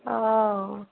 অঁ